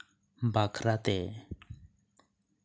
ᱵᱟᱠᱷᱨᱟᱛᱮ